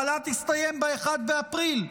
החל"ת הסתיים ב-1 באפריל,